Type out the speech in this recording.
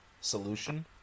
solution